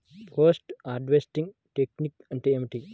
Post harvesting technique అంటే ఏమిటీ?